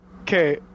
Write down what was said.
Okay